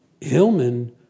hillman